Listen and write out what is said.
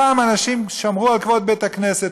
פעם אנשים שמרו על כבוד בית-הכנסת,